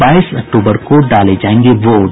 बाईस अक्टूबर को डाले जायेंगे वोट